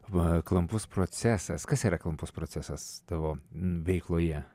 va klampus procesas kas yra klampus procesas tavo veikloje